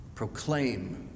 Proclaim